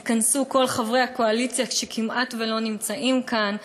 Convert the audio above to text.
ייכנסו כל חברי הקואליציה שכמעט לא נמצאים כאן,